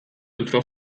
jutro